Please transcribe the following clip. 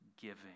giving